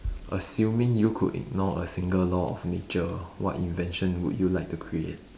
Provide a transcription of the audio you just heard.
assuming you could ignore a single law of nature what invention would you like to create